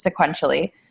sequentially